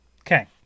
Okay